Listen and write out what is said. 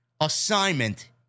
assignment